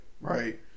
right